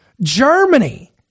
Germany